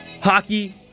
Hockey